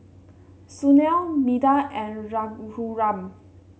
Sunil Medha and Raghuram